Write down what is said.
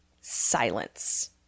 silence